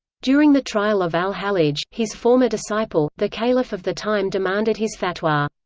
during the trial of al-hallaj, his former disciple, the caliph of the time demanded his fatwa.